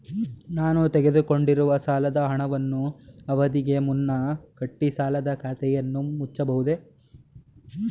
ನಾನು ತೆಗೆದುಕೊಂಡಿರುವ ಸಾಲದ ಹಣವನ್ನು ಅವಧಿಗೆ ಮುನ್ನ ಕಟ್ಟಿ ಸಾಲದ ಖಾತೆಯನ್ನು ಮುಚ್ಚಬಹುದೇ?